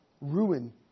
ruin